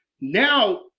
Now